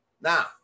Now